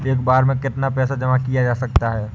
एक बार में कितना पैसा जमा किया जा सकता है?